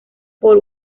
por